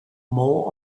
more